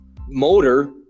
motor